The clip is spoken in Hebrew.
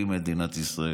היא מדינת ישראל.